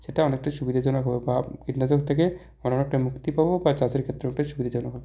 সেটা অনেকটাই সুবিধাজনক হয় বা কীটনাশক থেকে অনেকটা মুক্তি পাব বা চাষের ক্ষেত্রে অনেকটা সুবিধেজনক হবে